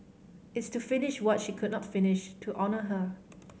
it's to finish what she could not finish to honour her